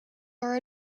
are